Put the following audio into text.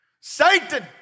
Satan